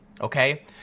okay